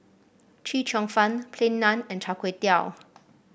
Chee Cheong Fun Plain Naan and Char Kway Teow